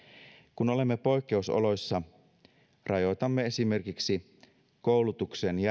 kun olemme poikkeusoloissa rajoitamme esimerkiksi koulutuksen